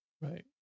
right